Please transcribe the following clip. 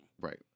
Right